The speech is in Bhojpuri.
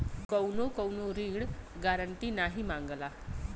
कउनो कउनो ऋण गारन्टी नाही मांगला